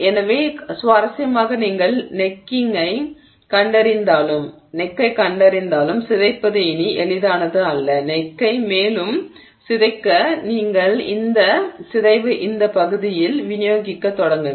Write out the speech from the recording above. எனவே சுவாரஸ்யமாக நீங்கள் கழுத்தை கண்டறிந்தாலும் சிதைப்பது இனி எளிதானது அல்ல கழுத்தை மேலும் சிதைக்க நீங்கள் இந்த சிதைவை இந்த பகுதியில் விநியோகிக்கத் தொடங்குங்கள்